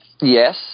Yes